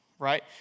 right